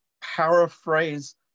paraphrase